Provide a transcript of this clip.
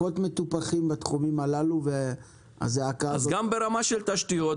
גם ברמה של תשתיות,